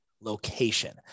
location